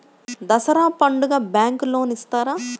దసరా పండుగ bank loan ఇస్తారా?